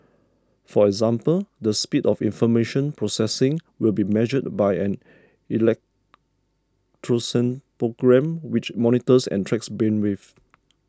for example the speed of information processing will be measured by an program which monitors and tracks brain waves